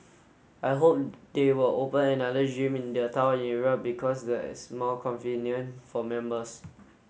I hope they will open another gym in their town area because that's more convenient for members